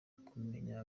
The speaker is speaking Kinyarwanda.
kumenya